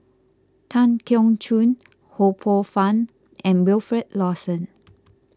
Tan Keong Choon Ho Poh Fun and Wilfed Lawson